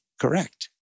correct